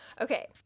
Okay